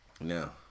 Now